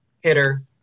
hitter